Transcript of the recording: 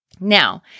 Now